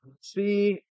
see